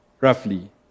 roughly